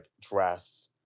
dress